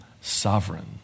sovereign